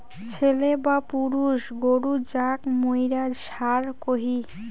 ছেলে বা পুরুষ গরু যাক মুইরা ষাঁড় কহি